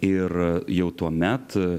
ir jau tuomet